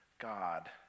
God